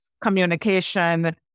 communication